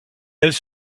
elles